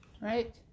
Right